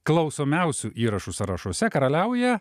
klausomiausių įrašų sąrašuose karaliauja